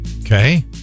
Okay